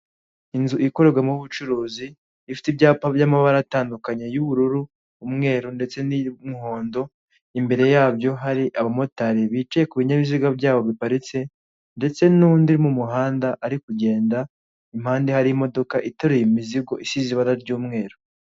Inzu ikorerwamo ubucuruzi ifite ibyapa by'amabara atandukanye y'ubururu, umweru ndetse n'ibiriho umuhondo imbere yabyo hari abamotari bicaye ku binyabiziga byabo biparitse ndetse n'undi mu muhanda ari kugenda impande hari imodoka iteruye imizigo isize ibara ry'umweru.